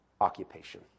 occupation